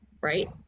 right